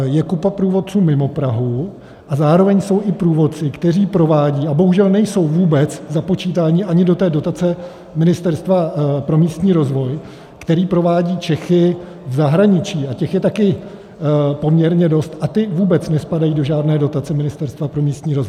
Je kupa průvodců mimo Prahu a zároveň jsou i průvodci, kteří provádějí a bohužel nejsou vůbec započítáni ani do té dotace Ministerstva pro místní rozvoj Čechy v zahraničí, těch je taky poměrně dost a ti vůbec nespadají do žádné dotace Ministerstva pro místní rozvoj.